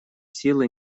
силы